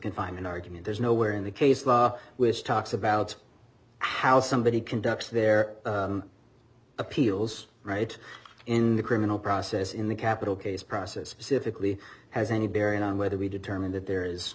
confinement argument there's no where in the case law which talks about how somebody conducts their appeals right in the criminal process in the capital case process specifically has any bearing on whether we determine that there is